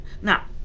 Now